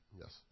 Yes